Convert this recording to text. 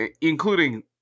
including